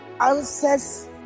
answers